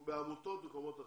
בעמותות או במקומות אחרים,